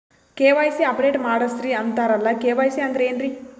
KYC update ಮಾಡಸ್ರೀ ಅಂತರಲ್ಲ KYC ಅಂದ್ರ ಏನ್ರೀ?